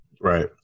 Right